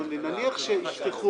יותר מזה,